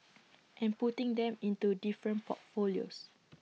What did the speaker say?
and putting them into different portfolios